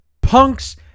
punks